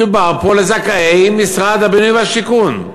מדובר פה לזכאי משרד הבינוי והשיכון.